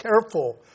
careful